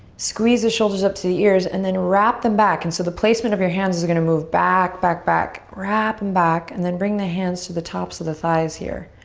squeeze the shoulders up to the ears and then wrap them back. and so the placement of your hands is going to move back, back, back. wrap them and back. and then bring the hands to the tops of the thighs here.